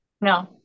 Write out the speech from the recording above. No